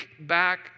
back